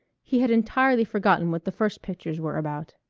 he had entirely forgotten what the first pictures were about.